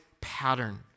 pattern